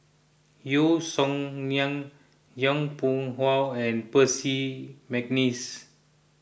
Yeo Song Nian Yong Pung How and Percy McNeice